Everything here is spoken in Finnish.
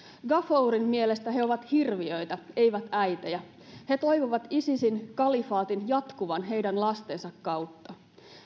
ghafourin mielestä he ovat hirviöitä eivät äitejä he toivovat isisin kalifaatin jatkuvan heidän lastensa kautta